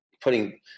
putting